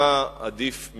אני לא בטוח מה עדיף ממה.